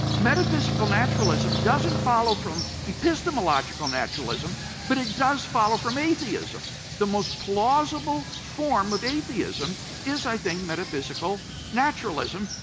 metaphysical naturalism doesn't follow from epistemological naturalism but it does follow from atheism. the most plausible form of atheism is, i think, metaphysical naturalism.